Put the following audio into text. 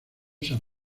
san